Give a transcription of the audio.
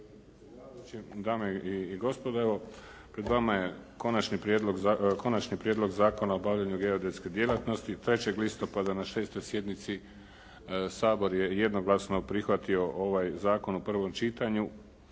dame i gospodo. Evo pred vama je Konačni prijedlog Zakona o obavljanju geodetske djelatnosti, 3. listopada na 6. sjednici Sabor je jednoglasno prihvatio ovaj zakon u prvom čitanju